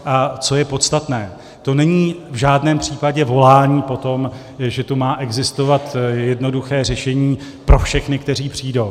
A co je podstatné, to není v žádném případě volání po tom, že tu má existovat jednoduché řešení pro všechny, kteří přijdou.